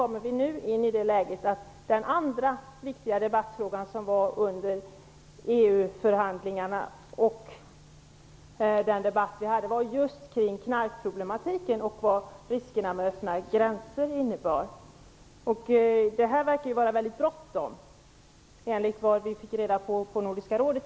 Men den andra viktiga debattfrågan under EU-förhandlingarna var just knarkproblematiken och vad det riskerna med öppna gränser innebar. Det verkar nu vara väldigt bråttom, i alla fall enligt vad vi fick reda på vid Nordiska rådet.